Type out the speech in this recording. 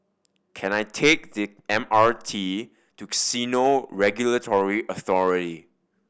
can I take the M R T to Casino Regulatory Authority